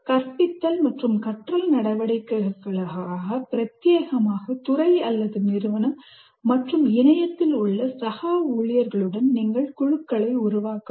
கற்பித்தல் மற்றும் கற்றல் நடவடிக்கைகளுக்காக பிரத்தியேகமாக துறை நிறுவனம் மற்றும் இணையத்தில் உள்ள சக ஊழியர்களுடன் நீங்கள் குழுக்களை உருவாக்குங்கள்